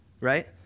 right